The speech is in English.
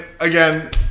again